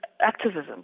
activism